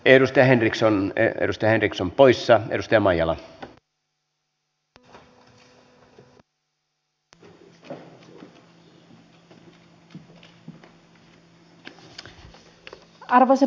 ennuste henriksson ja ernst henrikson poissa arvoisa puhemies